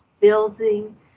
building